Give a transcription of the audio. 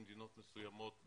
במדינות מסוימות,